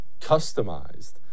customized